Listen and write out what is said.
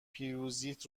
پیروزیت